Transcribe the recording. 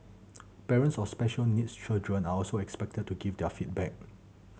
parents of special needs children are also expected to give their feedback